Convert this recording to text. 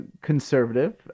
conservative